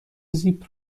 زیپ